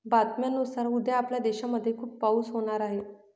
बातम्यांनुसार उद्या आपल्या देशामध्ये खूप पाऊस होणार आहे